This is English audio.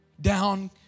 down